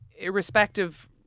irrespective